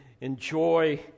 enjoy